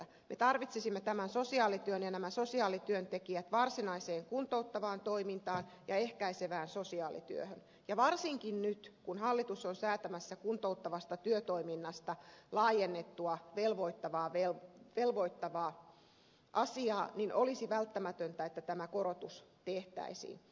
me tarvitsisimme tämän sosiaalityön ja nämä sosiaalityöntekijät varsinaiseen kuntouttavaan toimintaan ja ehkäisevään sosiaalityöhön ja varsinkin nyt kun hallitus on säätämässä kuntouttavasta työtoiminnasta laajennettua velvoittavaa asiaa olisi välttämätöntä että tämä korotus tehtäisiin